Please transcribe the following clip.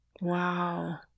Wow